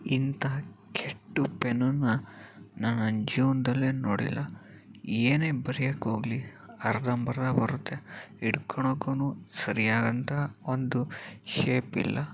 ಇಂತಹ ಕೆಟ್ಟ ಪೆನ್ನನ್ನು ನಾನು ನನ್ನ ಜೀವನದಲ್ಲೇ ನೋಡಿಲ್ಲ ಏನೇ ಬರಿಯೋಕ್ಕೆ ಹೋಗಲಿ ಅರ್ಧಂಬರ್ಧ ಬರುತ್ತೆ ಹಿಡ್ಕೊಳ್ಳೊಕ್ಕೂ ಸರಿಯಾದಂತಹ ಒಂದು ಶೇಪ್ ಇಲ್ಲ